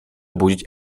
budzić